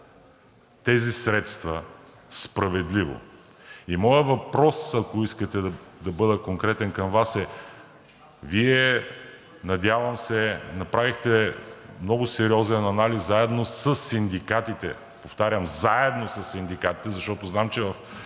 тези средства справедливо. И моят въпрос, ако искате да бъда конкретен към Вас, е: Вие, надявам се, направихте много сериозен анализ заедно със синдикатите, повтарям, заедно със синдикатите. Защото знам, че в